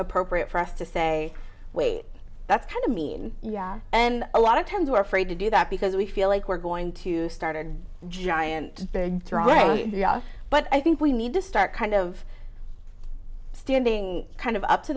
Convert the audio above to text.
appropriate for us to say wait that's kind of mean yeah and a lot of times were afraid to do that because we feel like we're going to started giant the throwaway but i think we need to start kind of standing kind of up to